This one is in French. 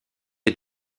est